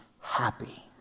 happy